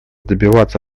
добиваться